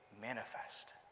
manifest